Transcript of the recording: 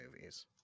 movies